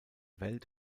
welt